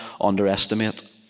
underestimate